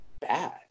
bad